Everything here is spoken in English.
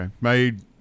made